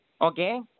Okay